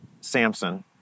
Samson